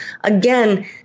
again